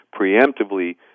preemptively